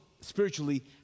spiritually